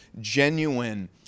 genuine